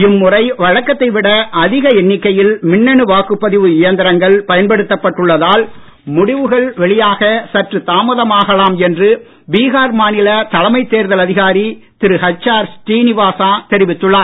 இம்முறை வழக்கத்தைவிட அதிக எண்ணிக்கையில் மின்னணு வாக்குப் பதிவு இயந்திரங்கள் பயன்படுத்தப் பட்டுள்ளதால் முடிவுகள் வெளியாக சற்று தாமதமாகலாம் என்று பீகார் மாநில தலைமைத் தேர்தல் அதிகாரி திரு எச்ஆர் ஸ்ரீனிவாசா தெரிவித்துள்ளார்